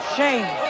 Shame